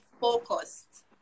focused